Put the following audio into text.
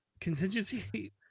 contingency